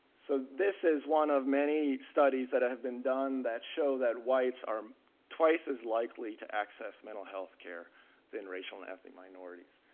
so this is one of many studies that have been done that show that whites are twice as likely to access mental healthcare than racial and ethnic minorities.